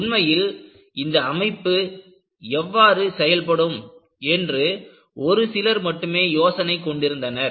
உண்மையில் இந்த அமைப்பு எவ்வாறு இருக்கும் என்று ஒரு சிலர் மட்டுமே யோசனை கொண்டிருந்தனர்